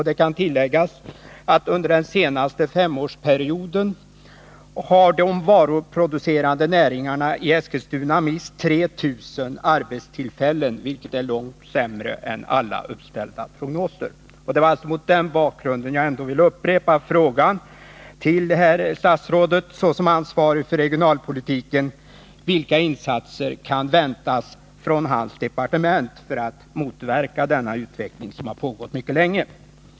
Det kan tilläggas att under den senaste femårsperioden har de varuproducerande näringarna i Eskilstuna mist 3 000 arbetstillfällen, vilket är långt mer än vad alla uppställda prognoser visar. Det är alltså mot den bakgrunden som jag vill upprepa min fråga till statsrådet såsom ansvarig för regionalpolitiken: Vilka insatser kan väntas från statsrådets departement för att motverka denna utveckling, som har pågått mycket länge?